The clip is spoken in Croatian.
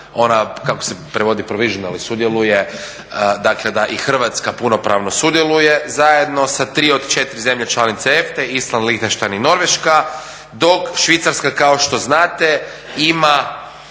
ona, kako se prevodi, …, sudjeluje, dakle i Hrvatska punopravno sudjeluje zajedno sa 3 od 4 zemlje članice EFT-e, Island, Lihtenštajn i Norveška, dok Švicarska kao što znate ima